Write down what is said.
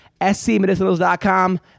scmedicinals.com